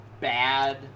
bad